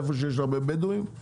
איפה שיש הרבה בדווים,